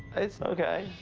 it's okay.